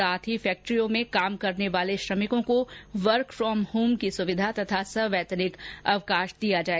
साथ ही फैक्ट्रियों में काम करने वाले श्रमिकों को वर्क फ्रोम होम की सुविधा तथा संवैतनिक अवकाश दिए जाए